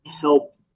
help